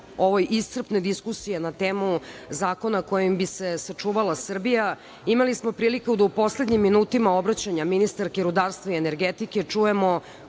posle iscrpne diskusije na temu zakona kojim bi se sačuvala Srbija, imali smo priliku da u poslednjim minutima obraćanja ministarke rudarstva i energetike čujemo